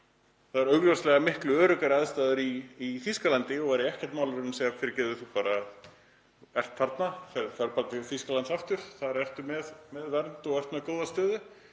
Það eru augljóslega miklu öruggari aðstæður í Þýskalandi og væri ekkert mál að segja: Fyrirgefðu, þú ert þarna, ferð bara til Þýskalands aftur, þar ertu með vernd og með góða stöðu.